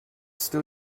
still